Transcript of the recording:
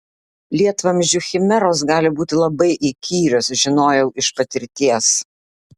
lietvamzdžių chimeros gali būti labai įkyrios žinojau iš patirties